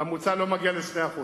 והממוצע גם לא מגיע ל-2%.